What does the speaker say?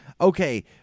okay